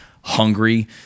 hungry